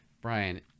Brian